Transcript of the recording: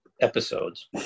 episodes